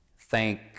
thank